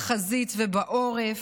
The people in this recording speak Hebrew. בחזית ובעורף.